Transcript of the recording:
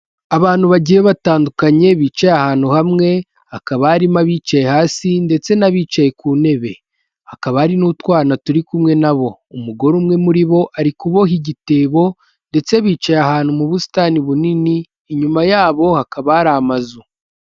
Abantu bagiye batandukanye bicaye ahantu hamwe. Hakaba harimo abicaye hasi ndetse n'abicaye ku ntebe. Hakaba hari n'utwana turi kumwe nabo. Umugore umwe muri bo ari kuboha igitebo, ndetse bicaye ahantu mu busitani bunini. Inyuma yabo hakaba hari amazu.